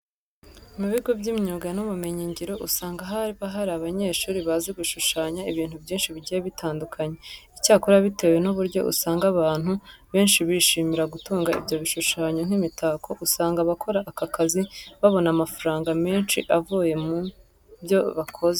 Mu bigo by'imyuga n'ubumenyingiro usanga haba hari abanyeshuri bazi gushushanya ibintu byinshi bigiye bitandukanye. Icyakora bitewe n'uburyo usanga abantu benshi bishimira gutunga ibyo bishushanyo nk'imitako, usanga abakora aka kazi babona amafaranga menshi avuye mu byo bakoze.